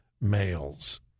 males